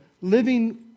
living